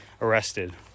arrested